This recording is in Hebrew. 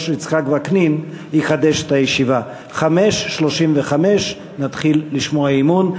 יצחק וקנין יחדש את הישיבה ונתחיל לשמוע את הצעות האי-אמון.